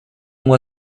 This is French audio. moi